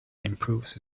improves